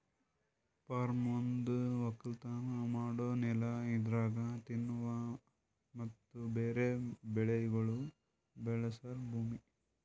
form ಒಂದು ಒಕ್ಕಲತನ ಮಾಡೋ ನೆಲ ಇದರಾಗ್ ತಿನ್ನುವ ಮತ್ತ ಬೇರೆ ಬೆಳಿಗೊಳ್ ಬೆಳಸ ಭೂಮಿ